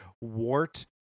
Wart